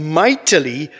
mightily